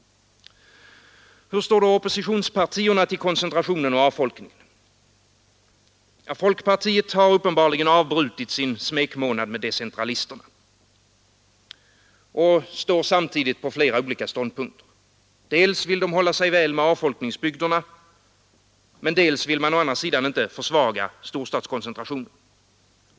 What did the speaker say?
Hur står då oppositionspartierna till koncentrationen och avfolkningen? Folkpartiet har uppenbarligen avbrutit sin smekmånad med decentralisterna och står samtidigt på flera olika ståndpunkter. Dels vill man hålla sig väl med avfolkningsbygderna, dels vill man å andra sidan inte försvaga storstadskoncentrationen.